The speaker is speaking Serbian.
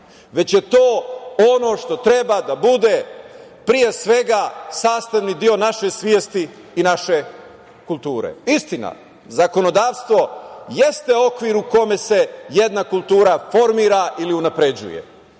već je to ono što treba da bude, pre svega, sastavni deo naše svesti i naše kulture. Istina, zakonodavstvo jeste okvir u kome se jedna kultura formira ili unapređuje